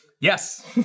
Yes